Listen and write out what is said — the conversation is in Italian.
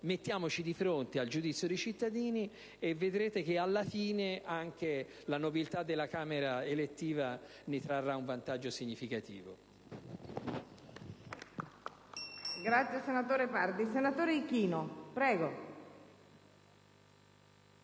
Mettiamoci di fronte al giudizio dei cittadini, e vedrete che alla fine anche la nobiltà della Camera elettiva ne trarrà un vantaggio significativo.